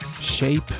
shape